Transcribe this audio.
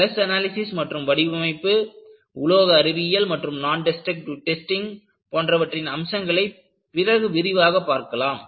stress analysis மற்றும் வடிவமைப்பு உலோக அறிவியல் மற்றும் நான் டெஸ்டருக்ட்டிவ் டெஸ்டிங் போன்றவற்றின் அம்சங்களை பிறகு விரிவாக பார்க்கலாம்